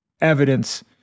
evidence